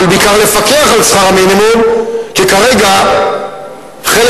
אבל בעיקר לפקח על שכר המינימום כי כרגע חלק